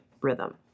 rhythm